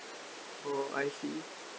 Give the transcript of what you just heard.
orh I see